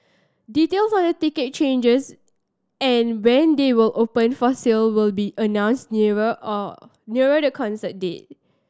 details on the ticket charges and when they will open for sale will be announced nearer all nearer the concert date